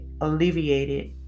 alleviated